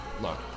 look